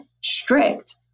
strict